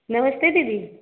नमस्ते दीदी